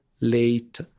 late